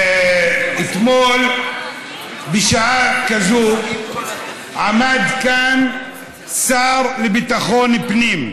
אתמול בשעה כזאת עמד כאן השר לביטחון הפנים,